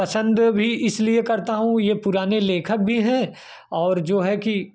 पसंदो भी इसलिए करता हूँ यह पुराने लेखक भी हैं और जो हैं कि